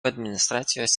administracijos